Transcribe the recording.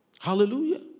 Hallelujah